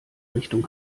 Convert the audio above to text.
richtung